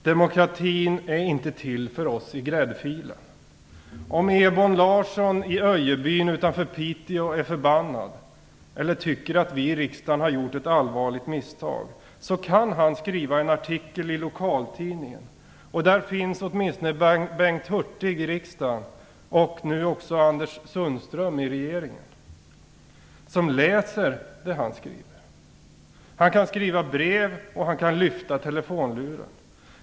Demokratin är inte till för oss i gräddfilen. Om Ebon Larsson i Öjebyn utanför Piteå är förbannad eller tycker att vi i riksdagen har gjort ett allvarligt misstag, kan han skriva en artikel i lokaltidningen. Åtminstone Bengt Hurtig i riksdagen, och nu också Larsson skriver. Han kan skriva brev och han kan lyfta telefonluren.